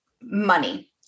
money